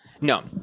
No